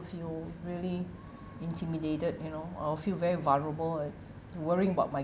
few really intimidated you know I'll feel very vulnerable ah worrying about my